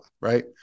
right